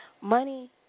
money